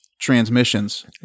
transmissions